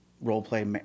role-play